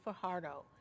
Fajardo